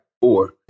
four